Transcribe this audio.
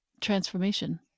transformation